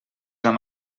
amb